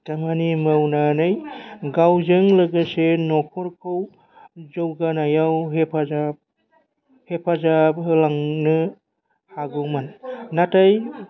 खामनि मावनानै गावजों लोगोसे न'खरखौ जौगानायाव हेफाजाब हेफाजाब होलांनो हागौमोन नाथाय